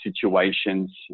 situations